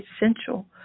essential